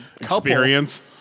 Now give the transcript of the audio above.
experience